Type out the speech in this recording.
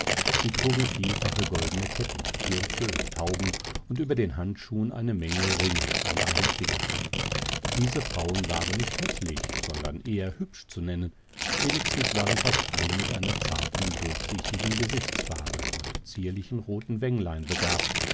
sie trugen vielfache goldene ketten gürtel und hauben und über den handschuhen eine menge ringe an allen fingern diese frauen waren nicht häßlich sondern eher hübsch zu nennen wenigstens waren fast alle mit einer zarten durchsichtigen gesichtsfarbe und zierlichen roten wänglein begabt